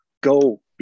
go